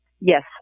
Yes